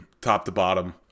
top-to-bottom